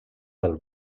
del